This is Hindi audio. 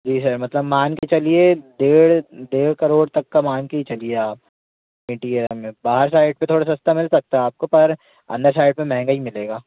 जी है मतलब मान कर चलिए डेढ़ डेढ़ करोड़ तक का मान कर ही चलिए आप इंटीरियर में बाहर साइड पर थोड़ा सस्ता मिल सकता है आपको पर अंदर साइड पर महंगा ही मिलेगा